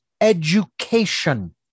education